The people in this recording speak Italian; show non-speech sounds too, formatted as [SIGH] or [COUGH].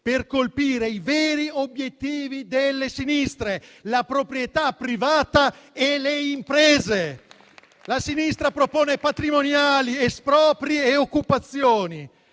per colpire i veri obiettivi delle sinistre: la proprietà privata e le imprese. [APPLAUSE] La sinistra propone patrimoniali, espropri e occupazioni;